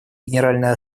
генеральной